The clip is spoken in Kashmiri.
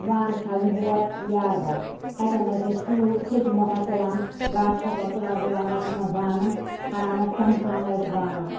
بانہِ چھلنہِ ہور یارٕبل تتٮ۪ن ٲسۍ اَسہِ سوٗسٮ۪کہِ مۄٹھاہ تُلان گاسہٕ تھوٚپا تُلان دِوان ٲسۍ یِمن بانن کَران ٲسۍ چمکان ٲسی بانہٕ